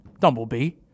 Dumblebee